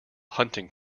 hunting